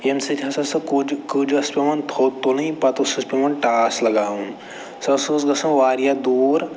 ییٚمہِ سۭتۍ ہَسا سۄ کوٚج کٔج ٲس پٮ۪وان تھوٚد تُلٕنۍ پتہٕ اوسُس پٮ۪وان ٹاس لگاوُن سۄ ہسا ٲس گژھان وارِیاہ دوٗر